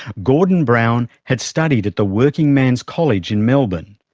gordon brown had studied at the working men's college in melbourne,